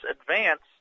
advance